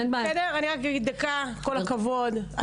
אני רק אגיד דקה כל הכבוד.